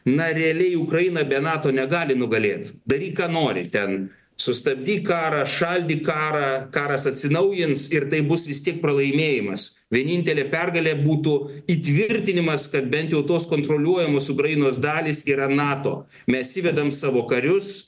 na realiai ukraina be nato negali nugalėt daryk ką nori ten sustabdyk karą šaldyk karą karas atsinaujins ir tai bus vis tik pralaimėjimas vienintelė pergalė būtų įtvirtinimas kad bent jau tuos kontroliuojamus ukrainos dalys yra nato mes įvedam savo karius